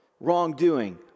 wrongdoing